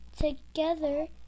together